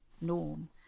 norm